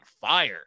fire